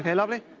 yeah lovely.